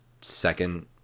second